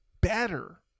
better